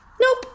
Nope